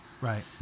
right